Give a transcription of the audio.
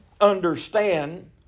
understand